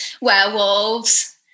werewolves